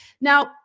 Now